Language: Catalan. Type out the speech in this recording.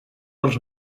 els